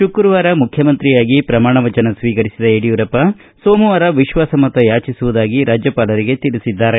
ಶುಕ್ರವಾರ ಮುಖ್ಯಮಂತ್ರಿಯಾಗಿ ಪ್ರಮಾಣ ವಚನ ಸ್ವೀಕರಿಸಿದ ಯಡಿಯೂರಪ್ಪ ಸೋಮವಾರ ವಿಶ್ವಾಸಮತ ಯಾಜಿಸುವುದಾಗಿ ರಾಜ್ಯಪಾಲರಿಗೆ ತಿಳಿಸಿದ್ದಾರೆ